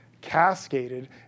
cascaded